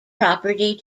property